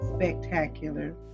Spectacular